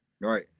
right